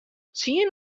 tsien